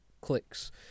clicks